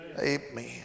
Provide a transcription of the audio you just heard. Amen